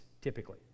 typically